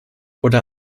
oder